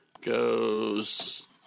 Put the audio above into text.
Goes